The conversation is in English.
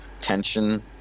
tension